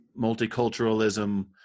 multiculturalism